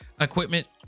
equipment